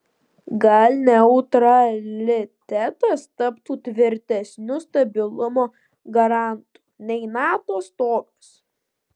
gal neutralitetas taptų tvirtesniu stabilumo garantu nei nato stogas